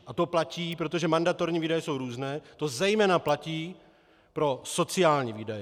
A to platí, protože mandatorní výdaje jsou různé, to zejména platí pro sociální výdaje.